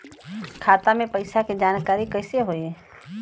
खाता मे पैसा के जानकारी कइसे होई?